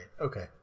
Okay